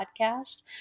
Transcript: podcast